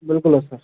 بِلکُل حظ سِر